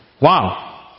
Wow